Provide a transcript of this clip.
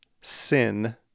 sin